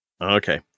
Okay